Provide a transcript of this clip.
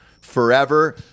forever